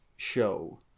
show